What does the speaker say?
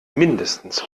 mindestens